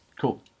Cool